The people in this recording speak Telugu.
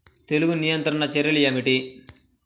తెగులు నియంత్రణ చర్యలు ఏమిటి?